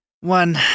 one